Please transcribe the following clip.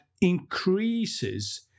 increases